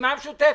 הרשימה המשותפת.